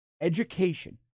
education